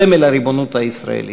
סמל הריבונות הישראלית.